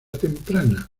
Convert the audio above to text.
temprana